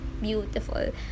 beautiful